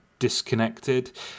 disconnected